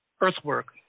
earthwork